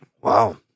Wow